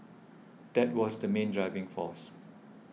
that was the main driving force